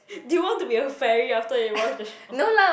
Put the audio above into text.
do you want to be a fairy after you watch the show